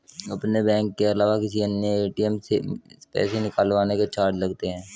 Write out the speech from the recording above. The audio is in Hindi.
अपने बैंक के अलावा किसी अन्य ए.टी.एम से पैसे निकलवाने के चार्ज लगते हैं